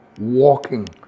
walking